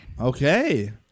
Okay